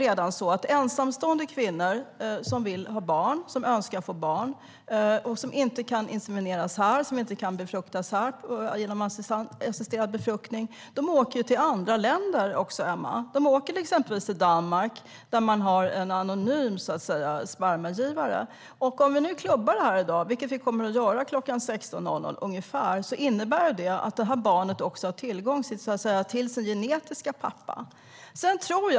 Ensamstående kvinnor som önskar få barn, och som inte kan befruktas här genom assisterad befruktning, åker till andra länder, Emma. De åker exempelvis till Danmark där man har anonyma spermagivare. Om vi nu klubbar det här i dag, vilket vi kommer att göra ungefär kl. 16, innebär det att de här barnen får tillgång till sina genetiska pappor.